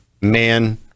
man